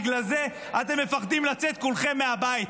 בגלל זה אתם מפחדים לצאת כולכם מהבית.